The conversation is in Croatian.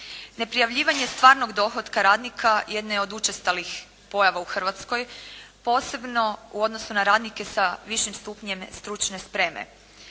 Neprijavljivanje stvarnog dohotka radnika jedna je od učestalih pojava u Hrvatskoj, posebno u odnosu na radnike sa višim stupnjem stručne spreme.